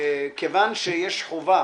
כיוון שיש חובה